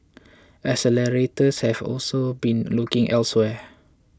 accelerators have also been looking elsewhere